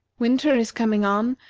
winter is coming on,